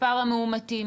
מספר המאומתים,